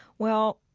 well,